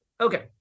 Okay